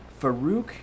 Farouk